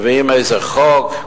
מביאים איזה חוק.